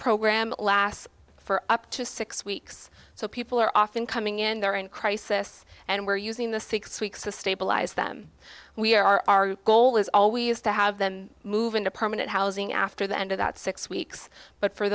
program last for up to six weeks so people are often coming in there and crisis and we're using the six weeks to stabilize them we're our goal is always to have them move into permanent housing after the end of that six weeks but for